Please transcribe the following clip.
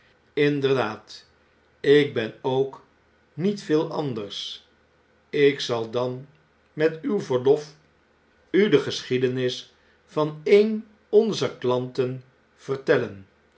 inderdaad ik ben ook niet veel anders ik zal dan met uw verlof u de geschiedenis van een onzer klanten vertelleu